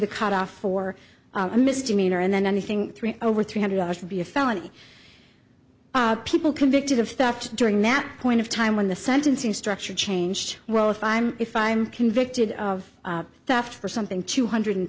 the cutoff for a misdemeanor and then anything over three hundred dollars to be a felony people convicted of theft during that point of time when the sentencing structure changed well if i'm if i'm convicted of theft for something two hundred